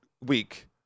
week